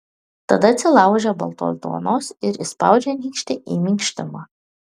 tada atsilaužia baltos duonos ir įspaudžia nykštį į minkštimą